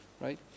Right